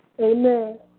Amen